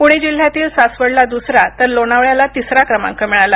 पुणे जिल्ह्यातील सासवडला दुसरा तर लोणावळ्याला तिसरा क्रमांक मिळाला